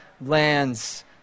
lands